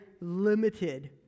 limited